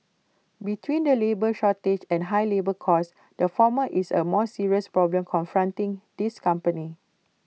between the labour shortage and high labour costs the former is A more serious problem confronting his companies